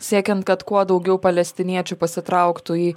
siekiant kad kuo daugiau palestiniečių pasitrauktų į